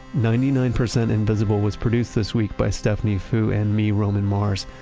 ninety nine percent invisible was produced this week by stephanie foo and me, roman mars.